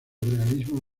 realismo